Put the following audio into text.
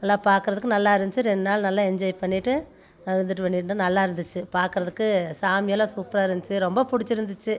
நல்லா பாக்கிறதுக்கு நல்லா இருந்துச்சு ரெண்டு நாள் நல்லா என்ஜாய் பண்ணிட்டு இருந்துட்டு வேண்டிக்கிட்டோம் நல்லா இருந்துச்சு பாக்கிறதுக்கு சாமி எல்லாம் சூப்பராக இருந்துச்சு ரொம்ப பிடிச்சி இருந்துச்சு